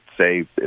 say